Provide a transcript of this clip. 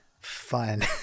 fun